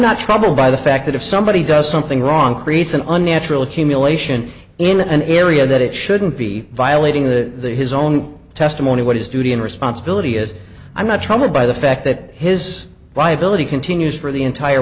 not troubled by the fact that if somebody does something wrong creates an unnatural accumulation in an area that it shouldn't be violating the his own testimony what his duty and responsibility is i'm not troubled by the fact that his viability continues for the entire